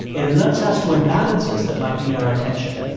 it alerts us to imbalances that might need our attention.